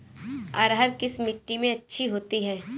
अरहर किस मिट्टी में अच्छी होती है?